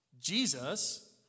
jesus